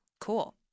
Cool